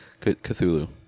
Cthulhu